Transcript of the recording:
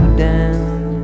down